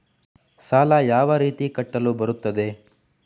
ಸಾಲ ಯಾವ ರೀತಿ ಕಟ್ಟಲು ಬರುತ್ತದೆ?